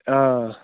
آ